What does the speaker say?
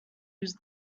use